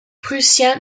prussiens